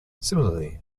similarly